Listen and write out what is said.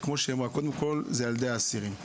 כמו שהיא אמרה, קודם כל אלה ילדי האסירים.